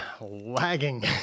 lagging